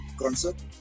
concept